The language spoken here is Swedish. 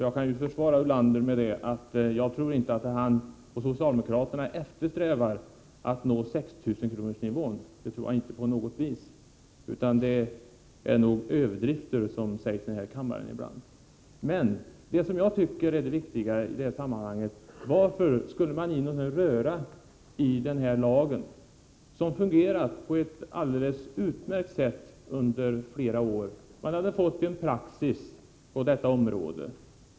Jag kan försvara Lars Ulander med att jag inte alls tror att han och socialdemokraterna eftersträvar att nå 6 000-kronorsnivån — det är nog överdrifter som förekommer i den här kammaren ibland. Men det som jag tycker är viktigare i detta sammanhang är frågan: Varför skulle man röra vid den här lagen, som fungerat på ett alldeles utmärkt sätt under flera år? Man hade fått en praxis på detta område.